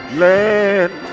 land